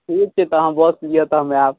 ठीक छै तऽ अहाँ बस लिअ तऽ हम आएब